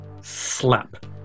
slap